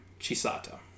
Chisato